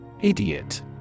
Idiot